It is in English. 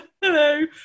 hello